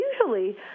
usually